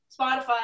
Spotify